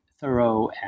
thorough